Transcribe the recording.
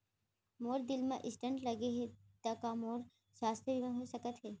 मोर दिल मा स्टन्ट लगे हे ता का मोर स्वास्थ बीमा हो सकत हे?